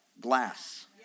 glass